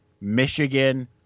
Michigan